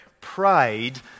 pride